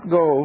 go